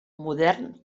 modern